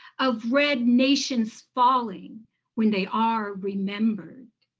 of red nations falling when they are remembered.